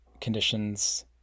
conditions